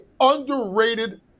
underrated